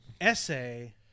essay